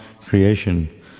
creation